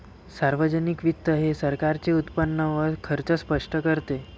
सार्वजनिक वित्त हे सरकारचे उत्पन्न व खर्च स्पष्ट करते